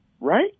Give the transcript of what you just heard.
right